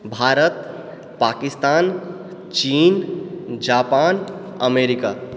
भारत पाकिस्तान चीन Japan America